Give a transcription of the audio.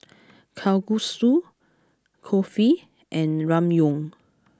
Kalguksu Kulfi and Ramyeon